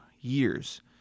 Years